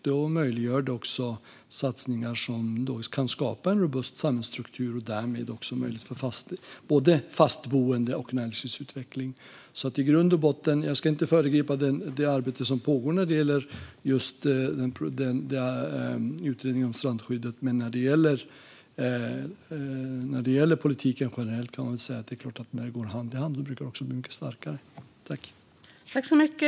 Det möjliggör då också satsningar som kan skapa en robust samhällsstruktur och därmed en möjlighet för både fastboende och näringslivsutveckling. Jag ska inte föregripa det arbete som pågår när det gäller utredningen om strandskyddet, men när det gäller politiken generellt kan man väl i grund och botten säga att det brukar bli mycket starkare när det går hand i hand.